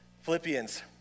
Philippians